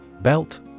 Belt